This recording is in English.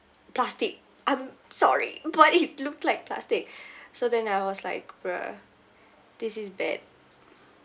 plastic I'm sorry but it looks like plastic so then I was like bruh this is bad